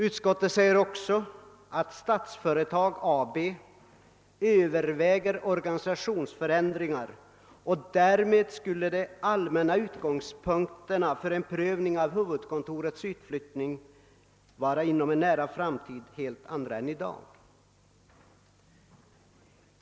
Utskottet framhåller också att Statsföretag AB överväger organisationsförändringar och att därmed de allmänna förutsättningarna för en prövning av frågan om huvudkontorets utflyttning skulle vara helt andra inom en nära framtid än de är i dag.